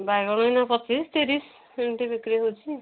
ବାଇଗଣ ଏଇନା ପଚିଶ ତିରିଶ ଏମିତି ବିକ୍ରି ହେଉଛି